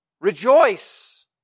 Rejoice